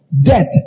death